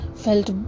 felt